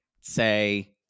say